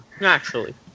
Naturally